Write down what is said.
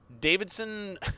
Davidson